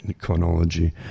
chronology